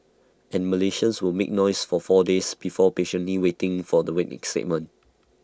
and Malaysians will make noise for four days before patiently waiting for the statement